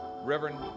Reverend